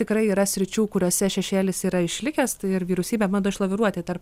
tikrai yra sričių kuriose šešėlis yra išlikęs ir vyriausybė bando išlaviruoti tarp